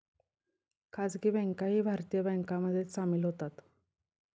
खासगी बँकाही भारतीय बँकांमध्ये सामील होतात